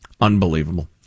Unbelievable